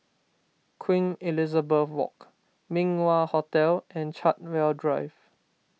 Queen Elizabeth Walk Min Wah Hotel and Chartwell Drive